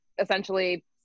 essentially